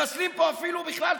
מחסלים פה אפילו בכלל,